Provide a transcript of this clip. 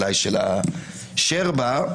של השרבה,